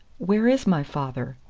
where is my father?